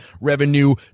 revenue